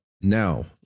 now